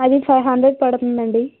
అది five hundred పడుతుంది అండి